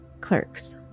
Clerks